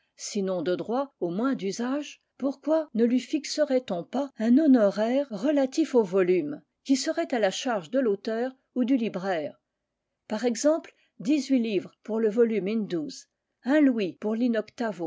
sinon de droit au moins d'usage pourquoi ne lui fixerait on pas un honoraire relatif au volume qui serait à la charge de l'auteur ou du libraire par exemple dix-huit livres pour le volume in douze un louis pour